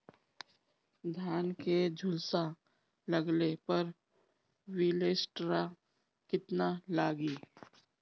धान के झुलसा लगले पर विलेस्टरा कितना लागी?